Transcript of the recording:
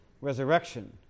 resurrection